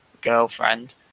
girlfriend